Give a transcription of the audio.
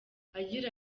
agira